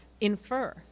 infer